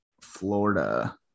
Florida